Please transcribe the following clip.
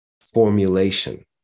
formulation